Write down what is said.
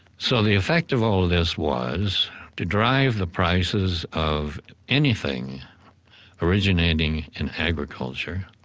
so the effect of all this was to drive the prices of anything originating in agriculture,